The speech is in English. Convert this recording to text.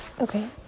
Okay